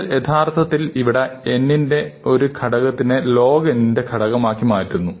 നമ്മൾ യഥാർത്ഥത്തിൽ ഇവിടെ n ന്റെ ഒരു ഘടകത്തിനെ log n ന്റെ ഘടകമായി മാറുന്നു